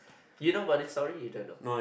you know about this story you don't know